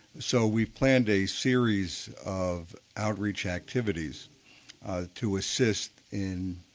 so we've planned a series of outreach activities to assist in